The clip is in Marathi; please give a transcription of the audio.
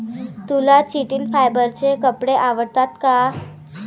तुला चिटिन फायबरचे कपडे आवडतात का?